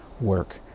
work